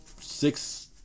six